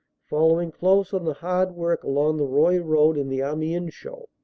following close on the hard work along the roye road in the amiens show.